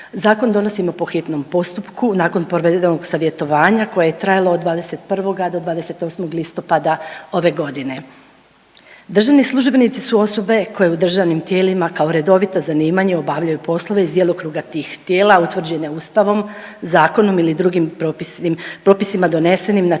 Zakon donosimo po hitnom postupku nakon provedenog savjetovanja koje je trajalo od 21. do 28. listopada ove godine. Državni službenici su osobe koje u državnim tijelima kao redovito zanimanje obavljaju poslove iz djelokruga tih tijela utvrđene Ustavnom, zakonom ili drugim propisima donesenim na